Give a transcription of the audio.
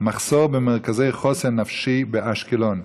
מחסור במרכזי חוסן נפשי באשקלון,